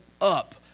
up